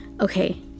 Okay